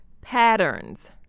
Patterns